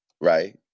right